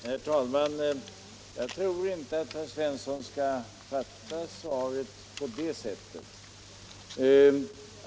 Herr talman! Jag tror inte att herr Svensson i Kungälv behöver uppfatta svaret på det sättet.